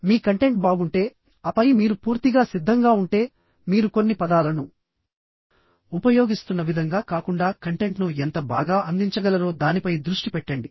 మీ content బాగుంటే ఆపై మీరు పూర్తిగా సిద్ధంగా ఉంటే మీరు కొన్ని పదాలను ఉపయోగిస్తున్న విధంగా కాకుండా కంటెంట్ను ఎంత బాగా అందించగలరో దానిపై దృష్టి పెట్టండి